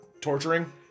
torturing